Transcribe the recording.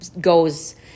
goes